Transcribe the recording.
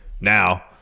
now